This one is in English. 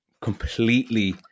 completely